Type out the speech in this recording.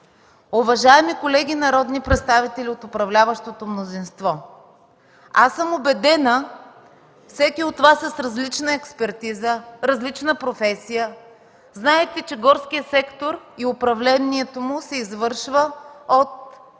Уважаеми колеги народни представители от управляващото мнозинство! Убедена съм, всеки от Вас е с различна експертиза, различна професия. Знаете, че горският сектор и управлението му се извършва от